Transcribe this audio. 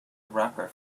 rapper